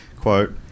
quote